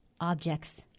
objects